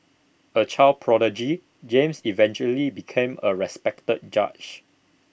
A child prodigy James eventually became A respected judge